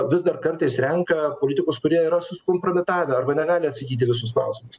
vis dar kartais renka politikus kurie yra susikompromitavę arba negali atsakyti į visus klausimus